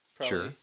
sure